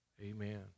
Amen